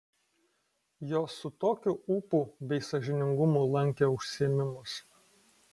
jos su tokiu ūpu bei sąžiningumu lankė užsiėmimus